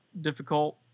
difficult